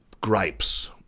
gripes